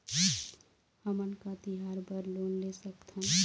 हमन का तिहार बर लोन ले सकथन?